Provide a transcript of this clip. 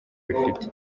bifite